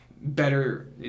better